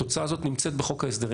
התוצאה הזאת נמצאת בחוק ההסדרים.